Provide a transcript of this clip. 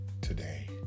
today